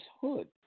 hood